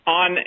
on